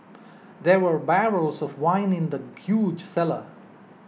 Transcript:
there were barrels of wine in the huge cellar